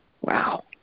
Wow